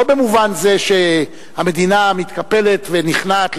לא במובן זה שהמדינה מתקפלת ונכנעת,